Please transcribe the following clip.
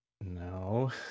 No